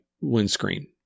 windscreen